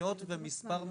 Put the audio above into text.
פנימיות ומספר מקומות.